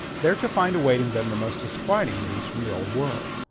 there to find awaiting them the most disquieting news from the old world.